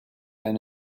and